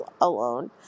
alone